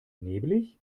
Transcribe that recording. nebelig